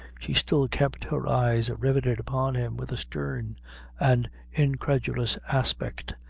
she still kept her eyes riveted upon him with a stern and incredulous aspect.